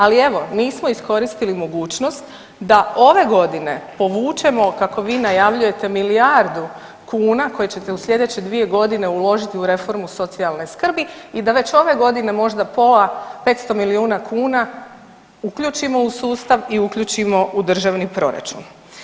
Ali evo nismo iskoristili mogućnost da ove godine povučemo kako vi najavljujete milijardu kuna koje ćete u sljedeće dvije godine uložiti u reformu socijalne skrbi i da već ove godine možda pola, 500 milijuna kuna uključimo u sustav i uključimo u državni proračun.